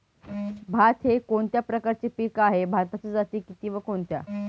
भात हे कोणत्या प्रकारचे पीक आहे? भाताच्या जाती किती व कोणत्या?